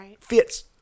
fits